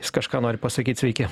jis kažką nori pasakyt sveiki